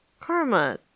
Karma